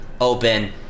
open